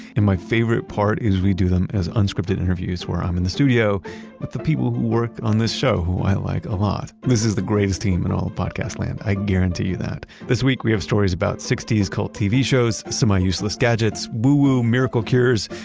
and my favorite part is we do them as unscripted interviews where i'm in the studio with the people who work on this show, who i like a lot. this is the greatest team in all of podcast land, i guarantee you that. this week we have stories about sixty s cult tv shows, semi-useless gadgets, woo woo miracle cures,